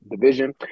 division